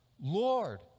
Lord